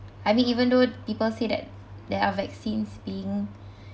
I mean even though people say that there are vaccines being